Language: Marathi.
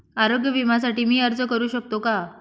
आरोग्य विम्यासाठी मी अर्ज करु शकतो का?